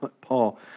Paul